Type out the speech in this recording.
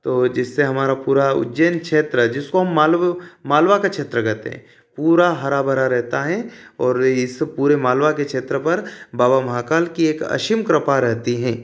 तो जिससे हमारा पूरा उज्जैन क्षेत्र जिसको मालव मालवा का क्षेत्र कहते हैं पूरा हरा भरा रहता है और इस पूरे मालवा के क्षेत्र पर बाबा महाकाल की एक असीम कृपा रहती हैं